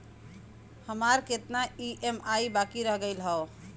हमार कितना ई ई.एम.आई बाकी रह गइल हौ?